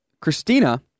Christina